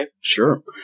Sure